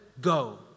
go